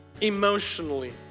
emotionally